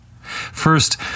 First